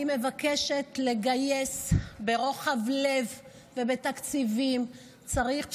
אני מבקשת לגייס ברוחב לב ובתקציבים צריך פסיכולוגים,